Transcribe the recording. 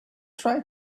try